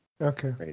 Okay